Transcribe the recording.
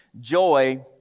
Joy